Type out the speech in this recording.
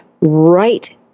right